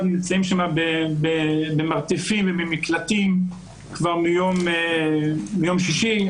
נמצאים שם במרתפים ובמקלטים כבר מיום שישי.